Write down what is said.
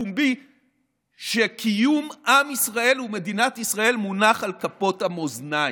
פומבית כשקיום עם ישראל ומדינת ישראל מונח על כפות המאזניים.